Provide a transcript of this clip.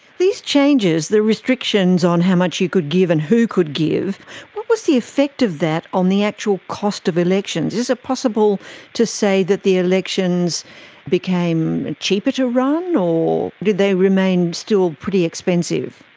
these changes, the restrictions on how much you could give and who could give, what was the effect of that on the actual cost of elections? is it possible to say that the elections became cheaper to run or did they remain still pretty expensive?